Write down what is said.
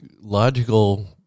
logical